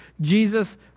Jesus